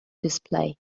display